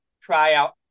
tryout